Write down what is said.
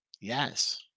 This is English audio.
Yes